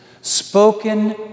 spoken